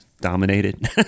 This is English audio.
dominated